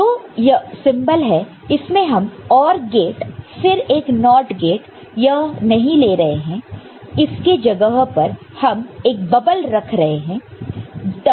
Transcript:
तो यह जो सिंबल है इसमें हम OR गेट फिर एक NOT गेट यह नहीं ले रहे हैं इसके जगह पर हम एक बबल रख रहे हैं